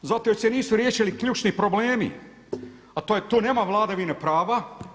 Zato jer se nisu riješili ključni problemi, a tu nema vladavine prava.